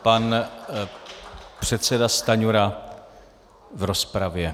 Pan předseda Stanjura v rozpravě.